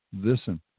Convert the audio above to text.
listen